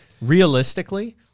realistically